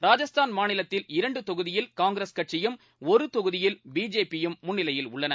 ராஜஸ்தான் மாநிலத்தில் இரண்டு தொகுதியில் காங்கிரஸ் கட்சியும் ஒரு தொகுதியில் பிஜேபியும் முன்னிலையில் உள்ளன